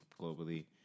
globally